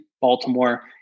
Baltimore